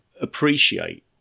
appreciate